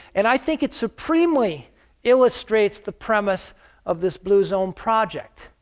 and i think it supremely illustrates the premise of this blue zone project.